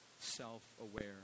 self-aware